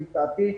לדעתי,